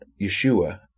Yeshua